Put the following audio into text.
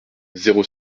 zéro